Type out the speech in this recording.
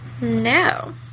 No